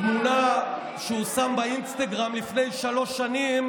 תמונה שהוא שם באינסטגרם לפני שלוש שנים